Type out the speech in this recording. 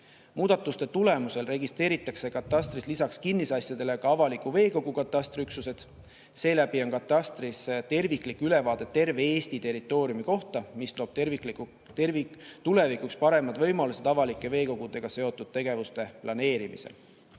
Muudatuste tulemusel registreeritakse katastris lisaks kinnisasjadele ka avaliku veekogu katastriüksused. Seeläbi on katastris terviklik ülevaade terve Eesti territooriumi kohta. See loob tulevikuks paremad võimalused avalike veekogudega seotud tegevuste planeerimisel.